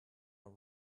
are